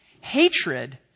Hatred